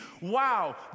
wow